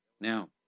Now